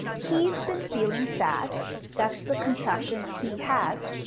he's been feeling sad that's the contraction he has,